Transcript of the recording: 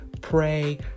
pray